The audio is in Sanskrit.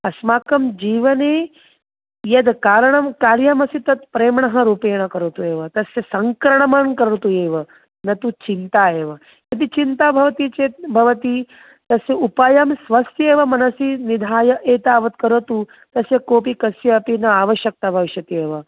अस्माकं जीवने यत् कारणं कार्यमस्ति तत् प्रेमरूपेण करोतु एव तस्य सङ्क्रणमण् करोतु एव न तु चिन्ता एव यदि चिन्ता भवति चेत् भवती तस्य उपायं स्वस्य एव मनसी निधाय एतावत् करोतु तस्य कोपि कस्यापि न आवश्यकता भविष्यति एव